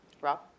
Rob